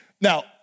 now